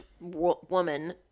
woman